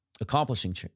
accomplishing